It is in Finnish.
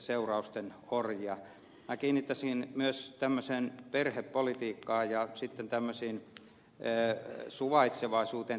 minä kiinnittäisin tässä mielessä huomiota myös perhepolitiikkaan ja suvaitsevaisuuteen